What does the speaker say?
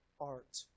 art